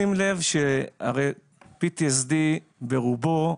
הרי PTSD ברובו,